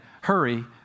hurry